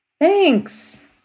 thanks